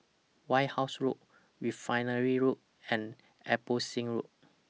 White House Road Refinery Road and Abbotsingh Road